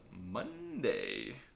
Monday